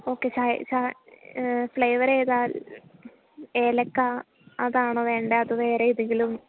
okay ചായ് ചാ flavour ഏതാണ് ഏലക്ക അതാണോ വേണ്ടത് അതോ വേറെ എന്തെങ്കിലും